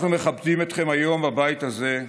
אנחנו מכבדים אתכם היום בבית הזה,